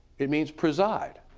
it means preside,